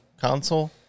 console